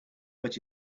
but